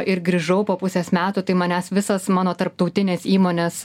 ir grįžau po pusės metų tai manęs visas mano tarptautinės įmonės